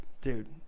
Dude